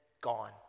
gone